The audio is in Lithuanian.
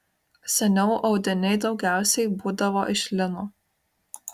seniau audiniai daugiausiai būdavo iš lino